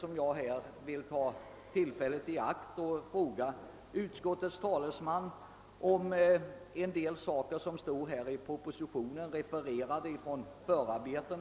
Jag vill därför nu begagna tillfället att ställa några frågor till utskottets talesman i anslutning till en del uttalanden i propositionen samt referat från en del förarbeten.